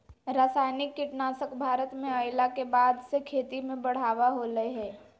रासायनिक कीटनासक भारत में अइला के बाद से खेती में बढ़ावा होलय हें